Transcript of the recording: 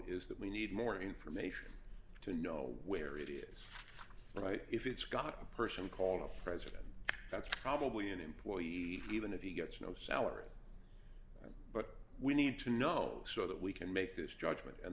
is that we need more information to know where it is right if it's got a person called the president that's probably an employee even if he gets no salary but we need to know so that we can make this judgment